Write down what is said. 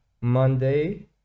Monday